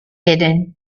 hidden